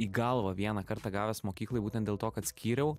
į galvą vieną kartą gavęs mokykloj būtent dėl to kad skyriau